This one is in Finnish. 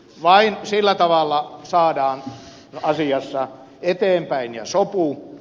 vain sillä tavalla saadaan asia eteenpäin ja sopu